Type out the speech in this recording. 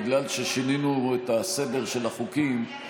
בגלל ששינינו את הסדר של החוקים.